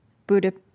buddha